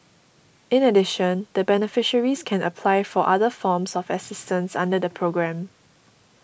in addition the beneficiaries can apply for other forms of assistance under the programme